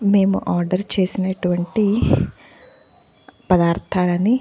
మేము ఆర్డర్ చేసినటువంటి పదార్థాలను